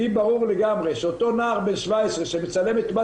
לי ברור לגמרי שאותו נער בן 17 שמצלם את בת